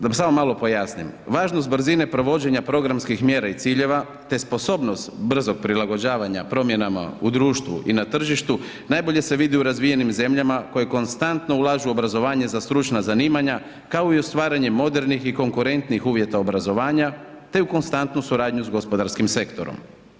Da samo malo pojasnim, važnost brzine provođenja programskih mjera i ciljeva, te sposobnost brzog prilagođavanja promjenama u društvu i na tržištu najbolje se vidi u razvijenim zemljama koje konstantno ulažu u obrazovanje za stručna zanimanja kao i u stvaranju modernih i konkurentnih uvjeta obrazovanja te u konstantnu suradnju s gospodarskim sektorom.